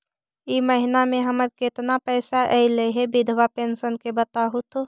इ महिना मे हमर केतना पैसा ऐले हे बिधबा पेंसन के बताहु तो?